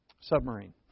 submarine